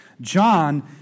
John